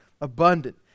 abundant